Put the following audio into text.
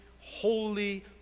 holy